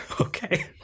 Okay